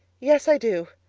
yes, i do,